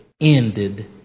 ended